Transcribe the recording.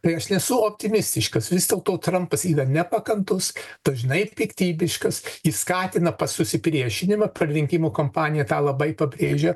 tai aš nesu optimistiškas vis dėlto trampas yra nepakantus dažnai piktybiškas jis skatina susipriešinimą rinkimų kampanija tą labai pabrėžė